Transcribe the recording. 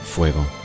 Fuego